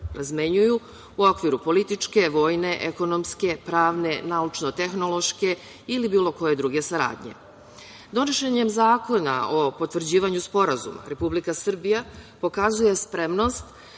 razmenjuju u okviru političke, vojne, ekonomske, pravne, naučno-tehnološke ili bilo koje druge saradnje. Donošenjem zakona o potvrđivanju sporazuma, Republika Srbija pokazuje spremnost